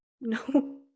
No